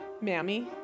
Mammy